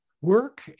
work